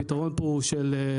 הפתרון פה הוא של רשות המיסים.